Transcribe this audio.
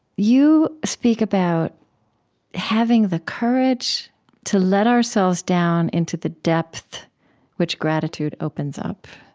you speak about having the courage to let ourselves down into the depth which gratitude opens up.